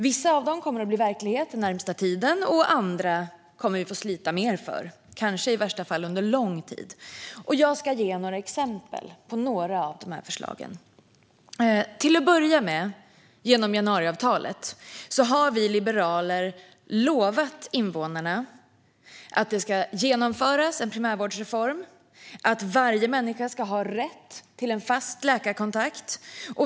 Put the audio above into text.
Vissa av dem kommer att bli verklighet under den närmaste tiden, och andra kommer vi att få slita mer för - i värsta fall under lång tid. Jag ska ge några exempel på de här förslagen. Till att börja med har vi liberaler genom januariavtalet lovat invånarna att en primärvårdsreform ska genomföras och att varje människa ska ha rätt till en fast läkarkontakt.